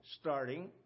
starting